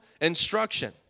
instruction